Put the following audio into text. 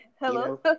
hello